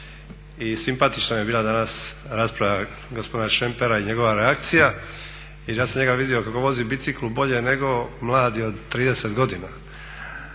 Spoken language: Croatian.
i simpatična mi je bila danas rasprava gospodina Šempera i njegova reakcija, jer ja sam njega vidio kako vozi bicikl bolje nego mladi od 30 godina.